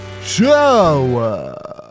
show